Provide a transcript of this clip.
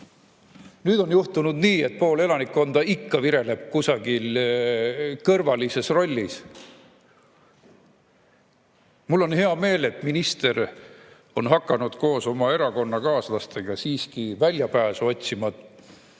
nüüd on juhtunud nii, et pool elanikkonda ikka vireleb kusagil kõrvalises rollis. Mul on hea meel, et minister on hakanud koos oma erakonnakaaslastega väljapääsu otsima.